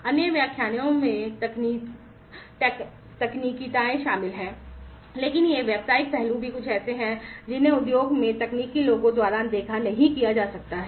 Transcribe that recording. अन्य व्याख्यानों में तकनीकीताएँ शामिल हैं लेकिन ये व्यावसायिक पहलू भी कुछ ऐसे हैं जिन्हें उद्योग में तकनीकी लोगों द्वारा अनदेखा नहीं किया जा सकता है